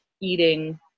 eating